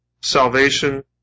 salvation